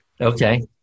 Okay